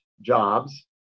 jobs